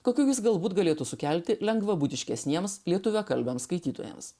kokių jis galbūt galėtų sukelti lengvbūdiškesniems lietuviakalbiams skaitytojams